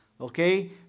okay